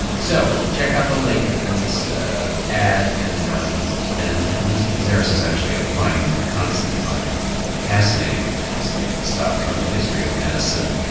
so check out the link and this ad and um and and let's you could say this is actually a finding constantly finding fascinating fascinating stuff from the history of medicine.